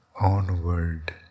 onward